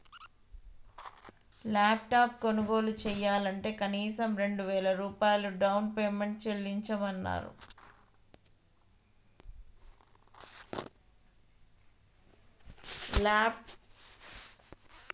laptop కొనుగోలు చెయ్యాలంటే కనీసం రెండు వేల రూపాయలు డౌన్ పేమెంట్ చెల్లించమన్నరు